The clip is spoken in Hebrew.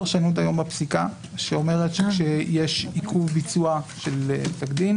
פרשנות בפסיקה שאומרת שכשיש עיכוב בביצוע של פסק דין